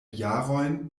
jarojn